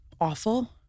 awful